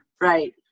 right